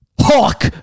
Hawk